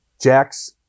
Jack's